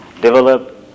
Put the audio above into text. develop